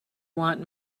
want